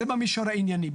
זה במישור הענייני.